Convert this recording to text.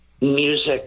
music